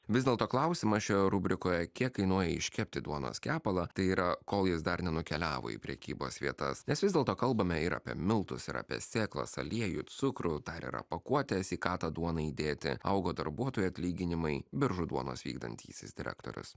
vis dėlto klausimą šioje rubrikoje kiek kainuoja iškepti duonos kepalą tai yra kol jis dar nenukeliavo į prekybos vietas nes vis dėlto kalbame ir apie miltus ir apie sėklas aliejų cukrų dar yra pakuotės į ką tą duoną įdėti augo darbuotojų atlyginimai biržų duonos vykdantysis direktorius